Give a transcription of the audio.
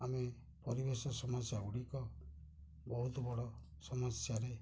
ଆମେ ପରିବେଶ ସମସ୍ୟା ଗୁଡ଼ିକ ବହୁତ ବଡ଼ ସମସ୍ୟାରେ